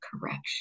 correction